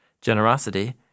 generosity